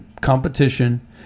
competition